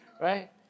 Right